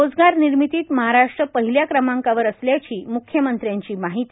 रोजगार निर्मितीत महाराष्ट्र पहिल्या क्रमांकावर असल्याची म्ख्यमंत्र्यांची माहिती